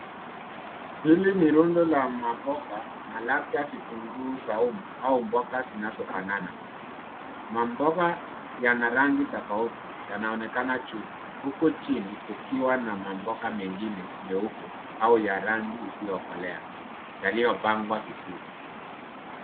Hili ni rundo la maboga na labda vitunguu saumu au mboga zinazofanana. Maboga yana rangi tofauti yanaonekana juu huku chini kukiwa na maboga mengine meupe au ya rangi isiyokolea yaliyopangwa vizuri.